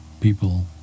people